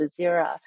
Jazeera